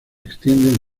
extienden